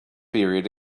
period